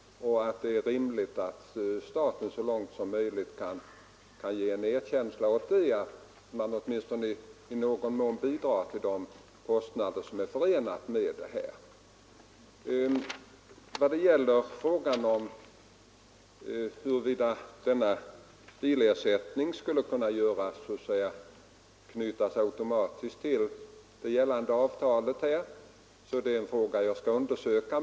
Det är rimligt att staten så långt som möjligt kan ge erkännande åt detta genom att lämna bidrag till de kostnader som är förenade med detta arbete. Huruvida bilersättningen skulle kunna knytas automatiskt till det gällande avtalet är en fråga som jag skall undersöka.